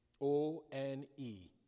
O-N-E